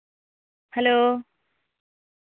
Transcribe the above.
hello